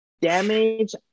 damage